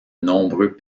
nombreux